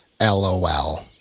LOL